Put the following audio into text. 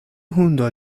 hundo